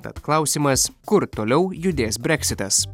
tad klausimas kur toliau judės breksitas